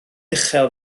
uchel